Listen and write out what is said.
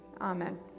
Amen